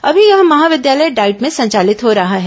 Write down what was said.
अभी यह महाविद्यालय डाईट में संचालित हो रहा है